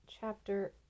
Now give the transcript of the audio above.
chapter